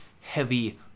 heavy